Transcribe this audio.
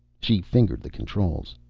she fingered the controls.